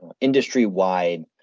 industry-wide